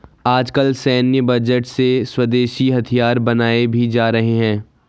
आजकल सैन्य बजट से स्वदेशी हथियार बनाये भी जा रहे हैं